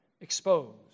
exposed